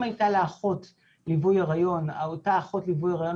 אם הייתה לה אחות ליווי היריון אותה אחות ליווי היריון